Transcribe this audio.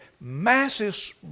massive